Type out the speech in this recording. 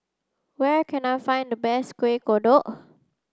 where can I find the best Kuih Kodok